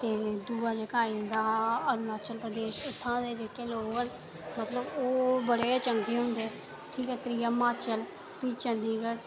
फिर दूआ जेह्का आई जंदा अरूणाचल प्रदेश इत्थुआं जेह्के लोक न मतलब ओह् बड़े गै चंगे होदे न ठीक ऐ त्रीआ हिमाचल फ्ही चंदीगढ़